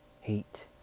hate